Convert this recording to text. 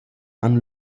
han